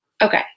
Okay